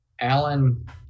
Alan